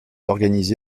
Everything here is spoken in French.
organisé